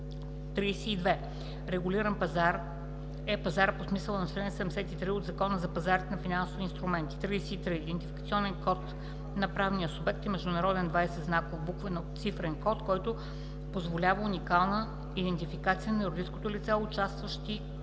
32. „Регулиран пазар” е пазар по смисъла на чл. 73 от Закона за пазарите на финансови инструменти. 33. „Идентификационен код на правния субект” е международен 20-знаков буквено-цифрен код, който позволява уникална идентификация на юридическите лица, участващи